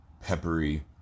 peppery